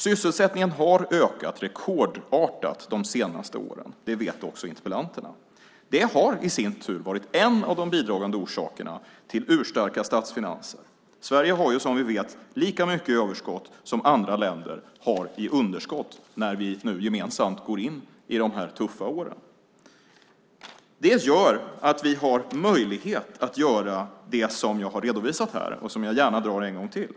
Sysselsättningen har ökat rekordartat de senaste åren. Det vet också interpellanterna. Det i sin tur har varit en av de bidragande orsakerna till urstarka statsfinanser. Sverige har som vi vet lika mycket i överskott som andra länder har i underskott när vi nu gemensamt går in i de tuffa åren. Det innebär att vi har möjlighet att göra det som jag redovisat i dag och som jag gärna drar en gång till.